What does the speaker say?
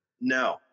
No